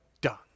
done